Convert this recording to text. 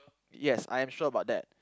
yes I am sure about that